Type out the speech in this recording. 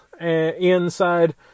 inside